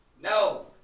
No